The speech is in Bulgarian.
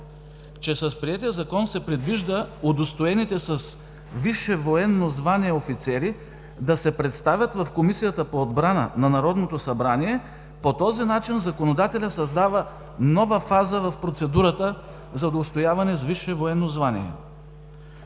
„С приетия Закон се предвижда удостоените с висше военно звание офицери да се представят в Комисията по отбрана на Народното събрание.“ По този начин законодателят създава нова фаза в процедурата за удостояване с висше военно звание.